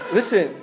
Listen